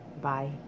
Bye